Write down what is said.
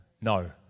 No